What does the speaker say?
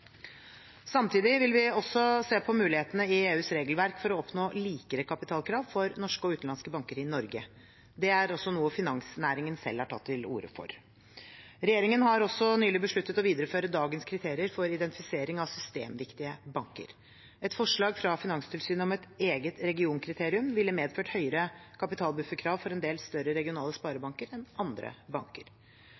Samtidig vil vi se på mulighetene i EUs regelverk for å oppnå likere kapitalkrav for norske og utenlandske banker i Norge. Det er også noe finansnæringen selv har tatt til orde for. Regjeringen har nylig besluttet å videreføre dagens kriterier for identifisering av systemviktige banker. Et forslag fra Finanstilsynet om et eget regionkriterium ville medført høyere kapitalbufferkrav for en del større regionale